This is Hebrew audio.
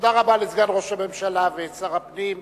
תודה רבה לסגן ראש הממשלה ושר הפנים.